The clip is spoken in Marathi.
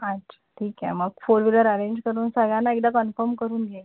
अच्छा ठीक आहे मग फोर विलर अरेंज करून सगळ्यांना एकदा कन्फम करून घे